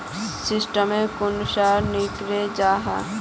Statement कुंसम निकले जाहा?